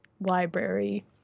library